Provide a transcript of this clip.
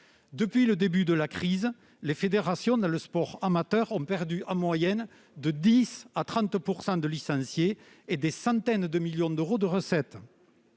Depuis le début de la crise, les fédérations du sport amateur ont perdu en moyenne entre 10 % et 30 % de leurs licenciés et des centaines de millions d'euros de recettes,